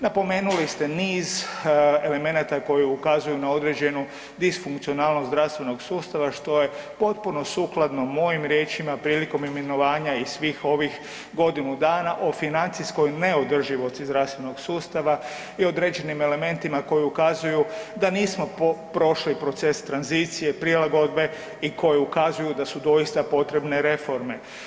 Napomenuli ste niz elemenata koji ukazuju na određenu disfukcionalnost zdravstvenog sustava, što je potpuno sukladno mojim riječima prilikom imenovanja i svih ovih godinu dana o financijskoj neodrživosti zdravstvenog sustava i određenim elementima koji ukazuju da nismo prošli proces tranzicije, prilagodbe i koji ukazuju da su doista potrebne reforme.